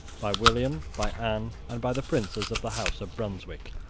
by william, by anne, and by the princes of the house of brunswick.